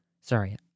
Sorry